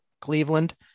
Cleveland